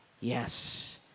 yes